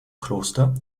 kloster